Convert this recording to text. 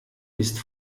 ist